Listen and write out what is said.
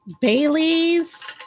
Bailey's